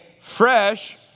fresh